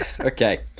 Okay